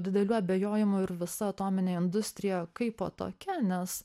didelių abejojimų ir visa atominė industrija kaipo tokia nes